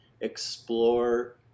explore